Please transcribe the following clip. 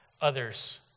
others